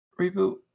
reboot